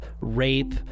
rape